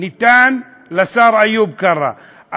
ניתן לשר איוב קרא,